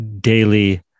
daily